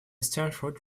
stanford